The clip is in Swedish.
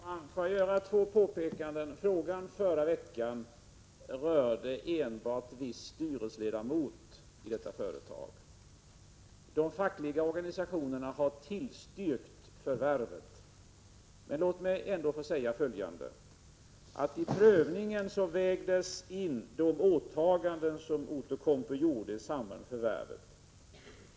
Herr talman! Jag vill göra två påpekanden. Den fråga som jag besvarade förra veckan rörde enbart viss styrelseledamot i det aktuella företaget. De fackliga organisationerna har tillstyrkt förvärvet. Men låt mig ändå få säga följande. Vid prövningen vägde man in de åtaganden som Outokumpu gjorde i samband med förvärvet.